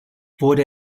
wurde